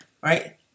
Right